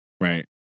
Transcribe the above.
right